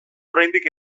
oraindik